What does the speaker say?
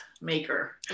maker